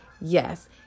yes